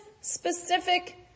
specific